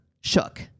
shook